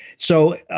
so,